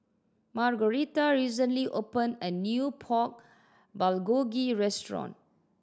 Margaretha recently opened a new Pork Bulgogi Restaurant